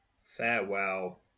farewell